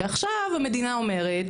ועכשיו המדינה אומרת,